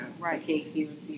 right